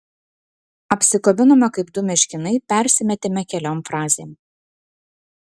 apsikabinome kaip du meškinai persimetėme keliom frazėm